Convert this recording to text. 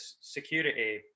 security